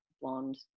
blonde